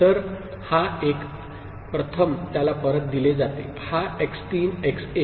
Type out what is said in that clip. तर हा एक प्रथम त्याला परत दिले जाते हा x 3 x 1